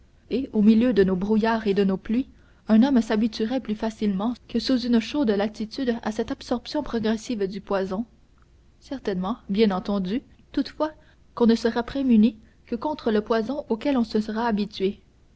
et au milieu de nos brouillards et de nos pluies un homme s'habituerait plus facilement que sous une chaude latitude à cette absorption progressive du poison certainement bien entendu toutefois qu'on ne sera prémuni que contre le poison auquel on se sera habitué